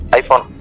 iPhone